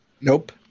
nope